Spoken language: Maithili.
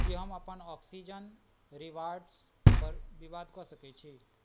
कि हम अपन ऑक्सीजन रिवाड्र्सपर विवाद कऽ सकै छी